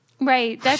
right